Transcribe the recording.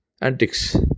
antics